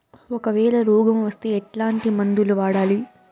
ఒకవేల రోగం వస్తే ఎట్లాంటి మందులు వాడాలి?